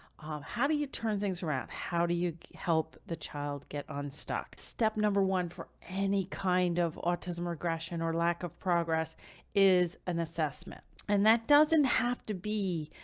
um, how do you turn things around? how do you help the child get unstuck? step number one for any kind of autism regression or lack of progress is an assessment. and that doesn't have to be,